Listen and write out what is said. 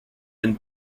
been